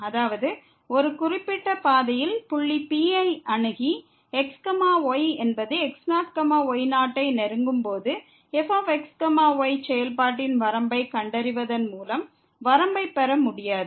அதாவது ஒரு குறிப்பிட்ட பாதையில் புள்ளி P ஐ அணுகி x y என்பது x0 y0 ஐ நெருங்கும்போது fx y செயல்பாட்டின் வரம்பைக் கண்டறிவதன் மூலம் வரம்பைப் பெற முடியாது